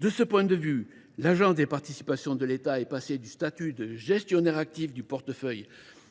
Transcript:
De ce point de vue, l’APE est passée du statut de gestionnaire actif du portefeuille